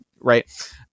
right